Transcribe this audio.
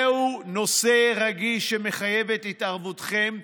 זה נושא רגיש שמחייב את התערבותכם,